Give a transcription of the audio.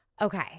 Okay